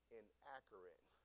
inaccurate